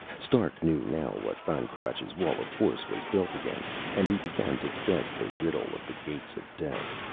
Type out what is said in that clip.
stark knew now what ban cruach's wall of force was built against. and he began to guess the riddle of the gates of death.